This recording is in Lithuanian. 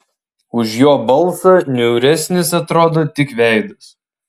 už jo balsą niauresnis atrodo tik veidas